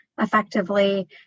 effectively